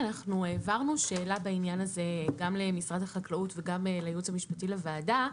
העברנו שאלה בעניין הזה למשרד החקלאות ולייעוץ המשפטי לוועדה,